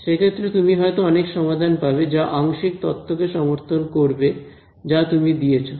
সে ক্ষেত্রে তুমি হয়তো অনেক সমাধান পাবে যা আংশিক তথ্য কে সমর্থন করবে যা তুমি দিয়েছো